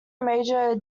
major